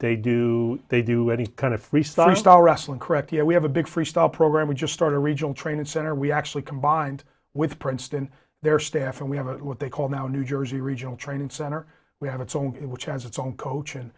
they do they do any kind of freestyle style wrestling correct here we have a big freestyle program we just started a regional training center we actually combined with princeton their staff and we have a what they call now new jersey regional training center we have its own which has its own coach and